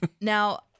Now